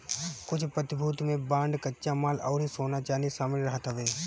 कुछ प्रतिभूति में बांड कच्चा माल अउरी सोना चांदी शामिल रहत हवे